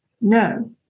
no